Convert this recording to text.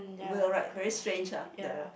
weird right very strange ah the